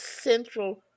central